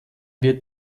wird